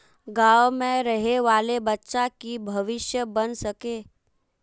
गाँव में रहे वाले बच्चा की भविष्य बन सके?